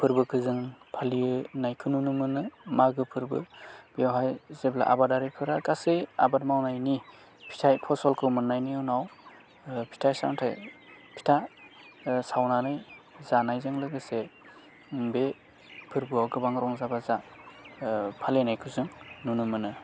फोरबोखो जों फालियो नायखौ नुनो मोनो मागो फोरबो बेवहाय जेब्ला आबादारिफोरा गासै आबाद मावनायनि फिथाइ फसलखौ मोन्नायनि उनाव फिथाइ सामथाय फिथा सावनानै जानायजों लोगोसे बे फोरबोआव गोबां रंजा बाजा फालिनायखौ जों नुनो मोनो